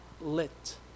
lit